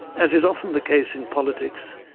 as is often the case in politics,